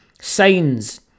signs